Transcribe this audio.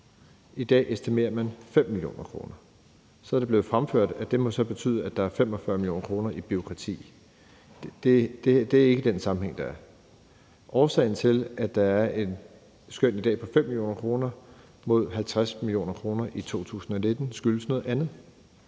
I dag estimerer man 5 mio. kr. Så er det blevet fremført, at det så må betyde, at der er 45 mio. kr. i bureaukrati. Det er ikke den sammenhæng, der er. Årsagen til, at der i dag er et skøn på 5 mio. kr. mod 50 mio. kr. i 2019, skyldes noget andet.